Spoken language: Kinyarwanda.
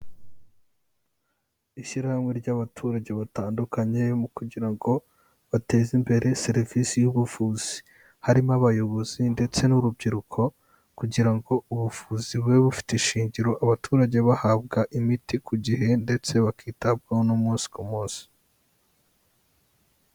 Ishyirahamwe ry'abaturage batandukanye mu kugira ngo bateze imbere serivisi y'ubuvuzi, harimo abayobozi ndetse n'urubyiruko kugira ngo ubuvuzi bube bufite ishingiro, abaturage bahabwa imiti ku gihe ndetse bakitabwaho n'umunsi ku munsi.